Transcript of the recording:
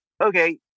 Okay